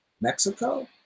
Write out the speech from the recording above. Mexico